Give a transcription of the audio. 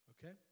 Okay